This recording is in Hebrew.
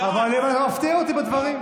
אבל אתה מפתיע אותי בדברים.